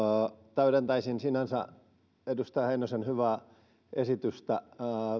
täydentäisin edustaja heinosen sinänsä hyvää esitystä